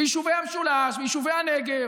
ביישובי המשולש, ביישובי הנגב.